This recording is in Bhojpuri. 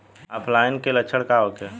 ऑफलाइनके लक्षण का होखे?